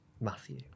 Matthew